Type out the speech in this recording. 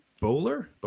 Bowler